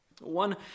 One